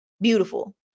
Beautiful